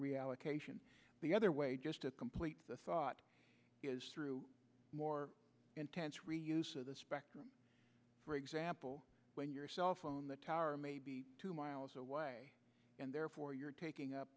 reallocation the other way just to complete the thought is through more intense reuse of the spectrum for example when your cell phone the tower may be two miles away and therefore you're taking up